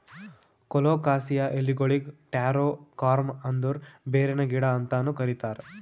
colocasia ಎಲಿಗೊಳಿಗ್ taro corm ಅಂದುರ್ ಬೇರಿನ ಗಿಡ ಅಂತನು ಕರಿತಾರ್